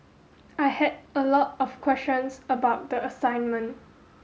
I had a lot of questions about the assignment